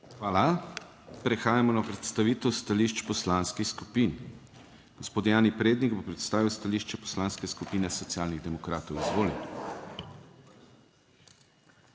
Hvala. Prehajamo na predstavitev stališč poslanskih skupin. Gospod Jani Prednik bo predstavil stališče Poslanske skupine Socialnih demokratov. Izvolite.